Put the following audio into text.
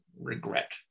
regret